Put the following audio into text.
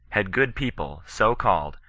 had good people, so called,